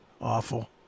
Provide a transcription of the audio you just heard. Awful